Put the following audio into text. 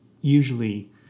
usually